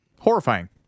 horrifying